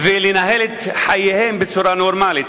ולנהל את חייהם בצורה נורמלית.